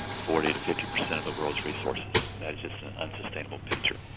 forty to fifty percent of the world's resources. that is just an unsustainable picture